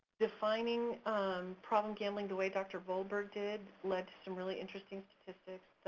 defining problem gambling the way dr. volberg did led to some really interesting statistics.